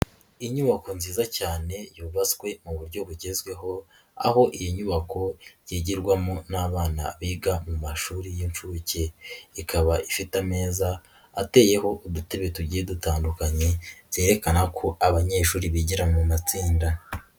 Inyubako nziza cyane yubatswe mu buryo bugezweho aho iyi nyubako yigirwamo n'abana biga mu mashuri y'inshuke, ikaba ifite ameza ateyeho udutebe tugiye dutandukanye byerekana ko abanyeshuri bigera mu matsinda.